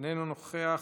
איננו נוכח,